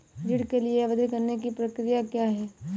ऋण के लिए आवेदन करने की प्रक्रिया क्या है?